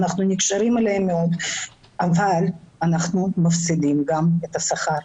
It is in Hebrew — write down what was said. אנחנו נקשרים אליהם מאוד אבל אנחנו גם מפסידים את השכר.